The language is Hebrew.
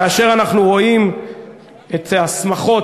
כאשר אנחנו רואים את השמחות,